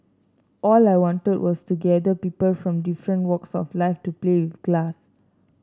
all I wanted was to gather people from different walks of life to play with glass